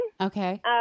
Okay